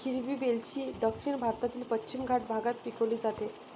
हिरवी वेलची दक्षिण भारतातील पश्चिम घाट भागात पिकवली जाते